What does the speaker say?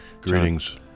Greetings